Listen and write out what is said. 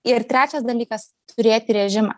ir trečias dalykas turėti režimą